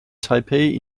taipei